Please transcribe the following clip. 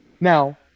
Now